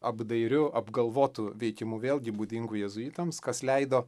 apdairiu apgalvotu veikimu vėlgi būdingu jėzuitams kas leido